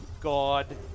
god